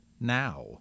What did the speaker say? now